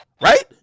right